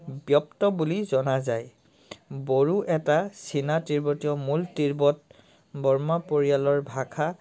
ব্যক্ত বুলি জনা যায় বড়ো এটা চীনা তিব্বতীয় মূল তিব্বত বৰ্মা পৰিয়ালৰ ভাষা